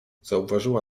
zauważyła